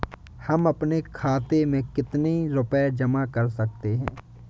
हम अपने खाते में कितनी रूपए जमा कर सकते हैं?